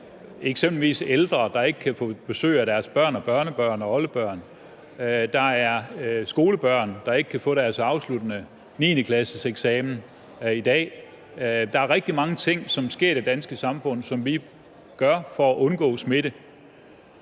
eksempelvis ældre, der ikke kan få besøg af deres børn og børnebørn og oldebørn. Der er skolebørn, der i dag ikke kan få deres afsluttende 9.-klasseeksamen. Der er rigtig mange ting, som sker i det danske samfund, som vi gør for at undgå smitte.